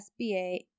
SBA